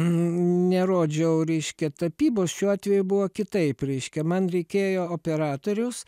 nerodžiau reiškia tapybos šiuo atveju buvo kitaip reiškia man reikėjo operatorius